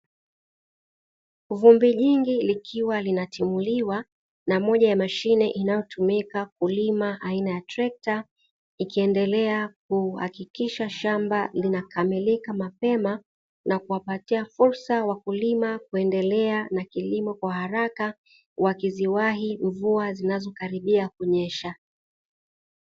Vumbi jingi likiwa linatimuliwa na moja ya mashine inayotumika kulima aina ya trekta, ikiendelea kuhakikisha shamba linakamilika mapema na kuwapatia fursa wakulima kuendelea na kilimo kwa haraka wakiziwahi mvua zinazo karibia kunyesha.